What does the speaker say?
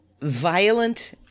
violent